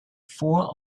four